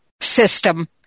system